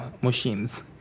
machines